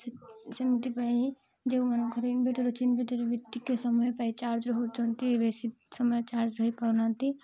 ସେମିତିପାଇଁ ଯେଉଁମାନଙ୍କରେ inverter inverter ବି ଟିକେ ସମୟ ପାଇଁ ଚାର୍ଜ ହେଉଛନ୍ତି ବେଶୀ ସମୟ ଚାର୍ଜ ହେଇ ପାରୁନାହାନ୍ତି